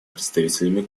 представителями